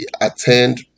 attend